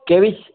કેવી